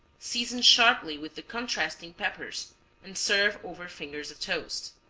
season sharply with the contrasting peppers and serve over fingers of toast.